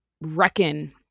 reckon